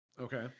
Okay